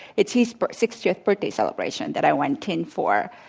it's his sixtieth birthday celebration that i went in for.